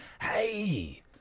Hey